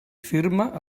firma